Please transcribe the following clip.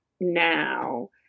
now